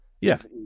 yes